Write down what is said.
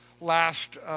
last